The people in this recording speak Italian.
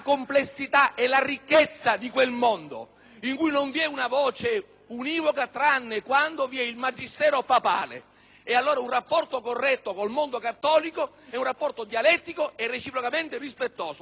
papale. Un rapporto corretto con il mondo cattolico è un rapporto dialettico e reciprocamente rispettoso. Questo è quanto intendo suggerire ai miei colleghi.